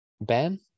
Ben